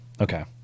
okay